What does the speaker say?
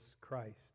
Christ